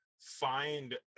find